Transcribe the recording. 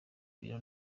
ibiro